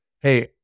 hey